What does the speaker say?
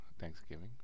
thanksgiving